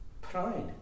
Pride